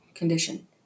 condition